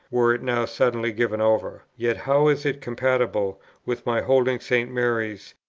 were it now suddenly given over. yet how is it compatible with my holding st. mary's,